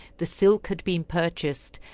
the silk had been purchased,